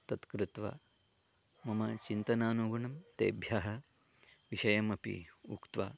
तत् कृत्वा मम चिन्तनानुगुणं तेभ्यः विषयमपि उक्त्वा